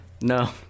No